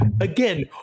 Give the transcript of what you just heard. again